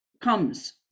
comes